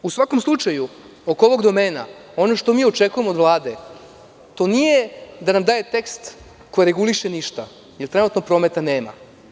U svakom slučaju oko ovog domena, ono što mi očekujemo od Vlade, to nije da nam daje tekst koji reguliše ništa, jer trenutno prometa nema.